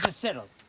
ah settled.